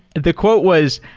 the quote was,